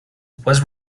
was